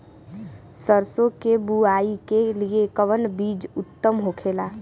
सरसो के बुआई के लिए कवन बिज उत्तम होखेला?